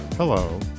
Hello